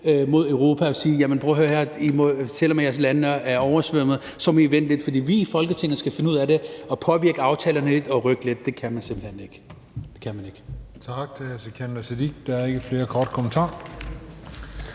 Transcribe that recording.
mod Europa: Prøv at høre her, selv om jeres lande er oversvømmet, må I vente lidt, for vi i Folketinget skal finde ud af det og påvirke aftalerne og rykke dem lidt. Det kan man simpelt hen ikke;